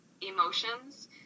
emotions